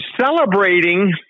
celebrating